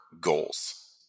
goals